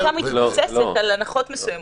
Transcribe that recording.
אבל החקיקה מתבססת על הנחות מסוימות,